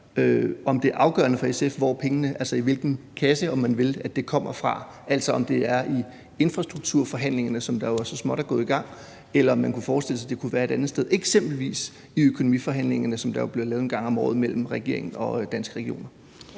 om det er afgørende for SF, fra hvilken kasse, om man vil, pengene kommer fra, altså om det er i infrastrukturforhandlingerne, som så småt er gået i gang, eller om man kunne forestille sig, det kunne være et andet sted, eksempelvis i økonomiforhandlingerne, som der jo bliver lavet en gang om året, mellem regeringen og Danske Regioner.